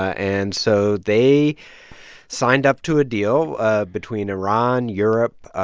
ah and so they signed up to a deal ah between iran, europe,